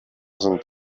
sind